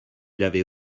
l’avez